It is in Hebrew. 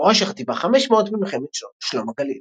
סיפורה של חטיבה 500 במלחמת שלום הגליל.